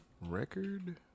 record